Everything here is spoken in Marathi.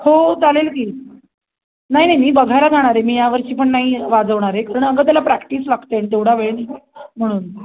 हो चालेल की नाही नाही मी बघायला जाणार आहे मी यावर्षी पण नाही वाजवणार आहे कारण अगं त्याला प्रॅक्टिस लागते आणि तेवढा वेळ म्हणून